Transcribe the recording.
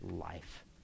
life